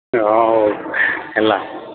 ହଁ ହଉ ହେଲା